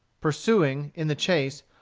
pursuing, in the chase,